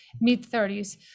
mid-30s